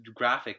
graphics